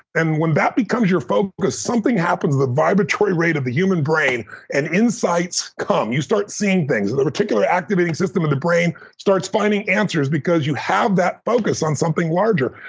and when that becomes your focus, something happens. the vibratory rate of the human brain and insights come. you start seeing things. and the particular activating system in the brain starts finding answers because you have that focus on something larger.